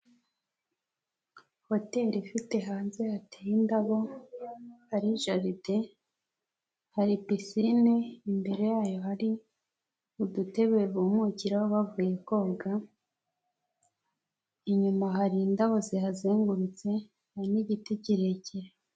Hoteri ifite hanze hateye indabo, hari jaride, hari pisine, imbere yayo hari udutebe bumukira bavuye koga, inyuma hari indabo zihazengurutse, hari n'igiti kirekire.